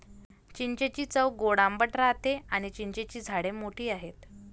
चिंचेची चव गोड आंबट राहते आणी चिंचेची झाडे मोठी आहेत